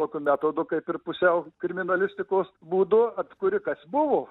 tokiu metodu kaip ir pusiau kriminalistikos būdų atkuri kas buvo